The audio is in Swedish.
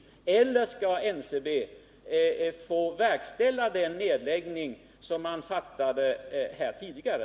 Eller skall NCB få verkställa den nedläggning som man fattade beslut om tidigare?